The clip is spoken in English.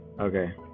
Okay